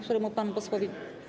Któremu panu posłowi.